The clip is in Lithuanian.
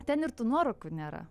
ten ir tų nuorūkų nėra